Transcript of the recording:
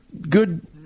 good